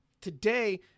today